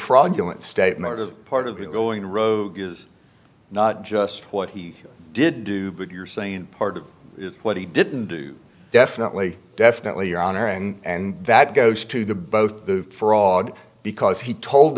fraudulent statements as part of it going rogue is not just what he did do but you're saying part of what he didn't do definitely definitely your honor and that goes to the both fraud because he told